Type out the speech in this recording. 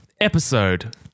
episode